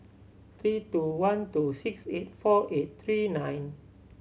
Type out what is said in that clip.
three two one two six eight four eight three nine